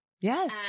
Yes